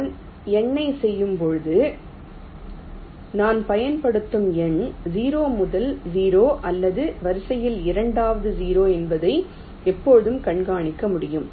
நான் எண்ணைச் செய்யும்போது நான் பயன்படுத்தும் எண் 0 முதல் 0 அல்லது வரிசையில் இரண்டாவது 0 என்பதை எப்போதும் கண்காணிக்க முடியும்